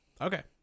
Okay